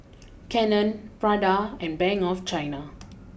Canon Prada and Bank of China